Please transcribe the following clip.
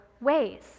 ways